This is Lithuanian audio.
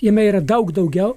jame yra daug daugiau